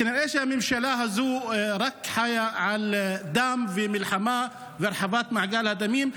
כנראה הממשלה הזאת חיה רק על דם ומלחמה והרחבת מעגל הדמים.